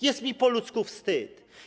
Jest mi po ludzku wstyd.